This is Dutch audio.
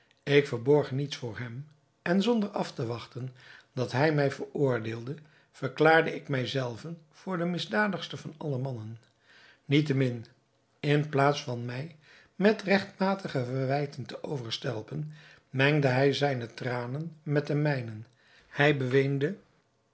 ik verborg niets voor hem en zonder af te wachten dat hij mij veroordeelde verklaarde ik mij zelven voor den misdadigste van alle mannen niettemin in plaats van mij met regtmatige verwijten te overstelpen mengde hij zijne tranen met de mijnen hij beweende